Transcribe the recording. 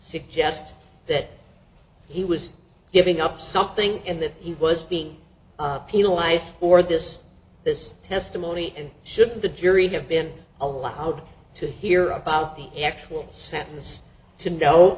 suggest that he was giving up something and that he was being penalized for this this testimony and should the jury have been allowed to hear about the actual sent this to know